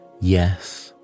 Yes